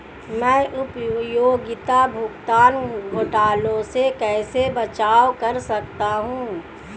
मैं उपयोगिता भुगतान घोटालों से कैसे बचाव कर सकता हूँ?